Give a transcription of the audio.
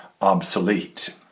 obsolete